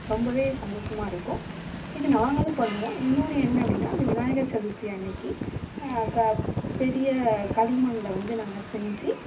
ரொம்பவே சந்தோஸமாக இருக்கும் இது நாங்களும் பண்ணுவோம் இன்னொன்று என்ன அப்படின்னா அந்த விநாயகர் சதுர்த்தி அன்னைக்கு க பெரிய களிமண்ணில் வந்து நாங்கள் செஞ்சு